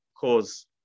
cause